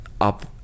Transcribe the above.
up